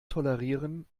tolerieren